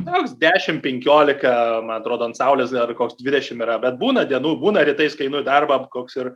toks dešim penkiolika man atrodo ant saulės dar koks dvidešim yra bet būna dienų būna rytais kai einu į darbą koks ir